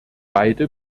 beide